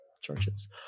churches